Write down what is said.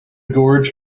gorge